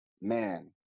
man